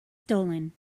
stolen